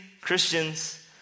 Christians